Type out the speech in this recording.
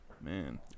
Man